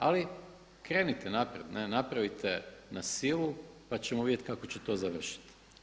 Ali krenite naprijed, napravite na silu pa ćemo vidjeti kako će to završiti.